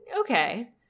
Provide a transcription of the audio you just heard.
okay